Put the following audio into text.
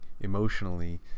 emotionally